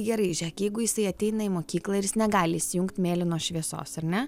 gerai žiūrėk jeigu jisai ateina į mokyklą ir jis negali įsijungti mėlynos šviesos ar ne